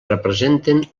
representen